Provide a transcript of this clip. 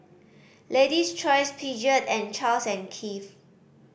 Lady's Choice Peugeot and Charles and Keith